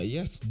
Yes